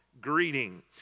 greeting